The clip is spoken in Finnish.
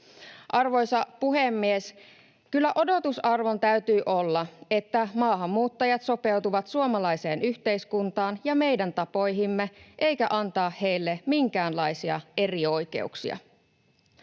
Arvoisa puhemies! Kyllä odotusarvon täytyy olla, että maahanmuuttajat sopeutuvat suomalaiseen yhteiskuntaan ja meidän tapoihimme eikä antaa heille minkäänlaisia erioikeuksia.